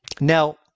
Now